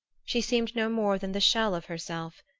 she seemed no more than the shell of herself,